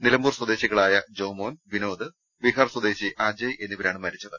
നിലമ്പൂർ സ്വദേശികളായ ജോമോൻ വിനോദ് ബിഹാർ സ്വദേശി അജയ് എന്നിവരാണ് മരിച്ചത്